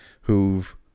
who've